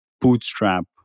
bootstrap